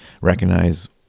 recognize